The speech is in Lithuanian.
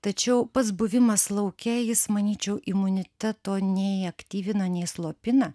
tačiau pats buvimas lauke jis manyčiau imuniteto nei aktyvina nei slopina